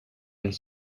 elles